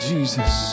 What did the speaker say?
Jesus